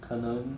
可能